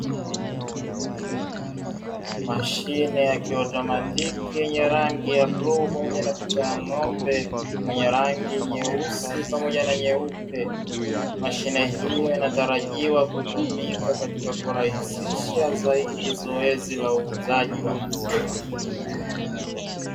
Mashine ya kiotomatiki yenye rangi ya buluu, pamoja na picha ya ng'ombe mwenye rangi nyeusi pamoja na nyeupe. Mashine hiyo inatarajiwa kutumika katika kurahisisha zaidi zoezi la uuzaji wa maziwa.